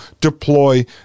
deploy